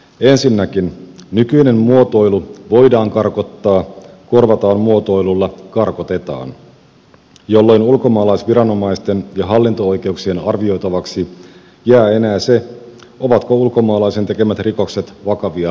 ensinnäkin nykyinen muotoilu voidaan karkottaa korvataan muotoilulla karkotetaan jolloin ulkomaalaisviranomaisten ja hallinto oikeuksien arvioitavaksi jää enää se ovatko ulkomaalaisen tekemät rikokset vakavia tai toistuvia